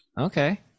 Okay